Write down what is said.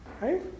Right